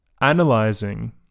analyzing